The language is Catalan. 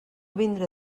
vindré